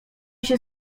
się